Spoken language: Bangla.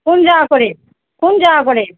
কোন জায়গা করে কোন জায়গা করে